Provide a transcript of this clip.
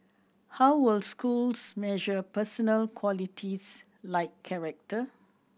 how will schools measure personal qualities like character